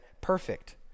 perfect